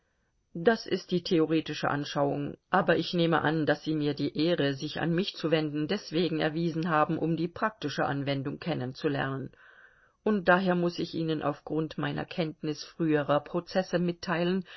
das ist die theoretische anschauung aber ich nehme an daß sie mir die ehre sich an mich zu wenden deswegen erwiesen haben um die praktische anwendung kennenzulernen und daher muß ich ihnen auf grund meiner kenntnis früherer prozesse mitteilen